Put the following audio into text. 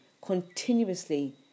Continuously